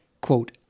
quote